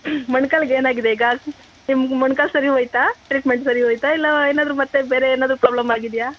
ಮೊಣ್ಕಾಲ್ಗೆ ಏನಾಗಿದೆ ಈಗ ನಿಮ್ಗೆ ಮೊಣ್ಕಾಲು ಸರಿ ಹೋಯ್ತಾ ಟ್ರೀಟ್ಮೆಂಟ್ ಸರಿ ಹೋಯ್ತಾ ಇಲ್ಲ ಏನಾದರೂ ಮತ್ತೆ ಬೇರೆ ಏನಾದರೂ ಪ್ರಾಬ್ಲಮ್ ಆಗಿದೆಯಾ